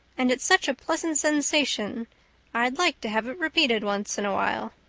and it's such a pleasant sensation i'd like to have it repeated once in a while.